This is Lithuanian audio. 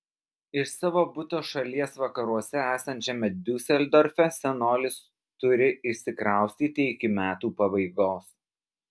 iš savo buto šalies vakaruose esančiame diuseldorfe senolis turi išsikraustyti iki metų pabaigos